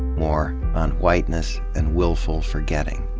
more on whiteness and willful forgetting.